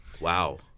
Wow